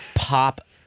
pop